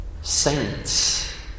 saints